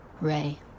Ray